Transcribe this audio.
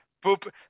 Poop